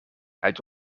uit